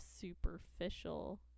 superficial